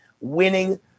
winning